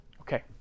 Okay